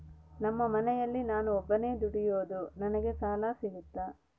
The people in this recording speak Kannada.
ನಮ್ಮ ಮನೆಯಲ್ಲಿ ನಾನು ಒಬ್ಬನೇ ದುಡಿಯೋದು ನನಗೆ ಸಾಲ ಸಿಗುತ್ತಾ?